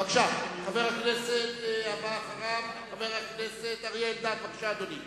חבר הכנסת אריה אלדד, בבקשה, אדוני.